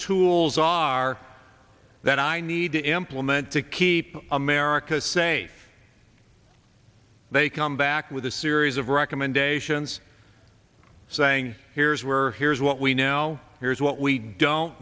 tools are that i need to implement to keep america safe they come back with a series of recommendations sewing here's where here's what we now here's what we don't